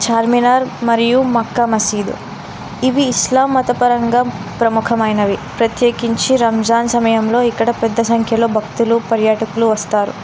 చార్మినార్ మరియు మక్కా మసీదు ఇవి ఇస్లాం మతపరంగా ప్రముఖమైనవి ప్రత్యేకించి రంజాన్ సమయంలో ఇక్కడ పెద్ద సంఖ్యలో భక్తులు పర్యాటకులు వస్తారు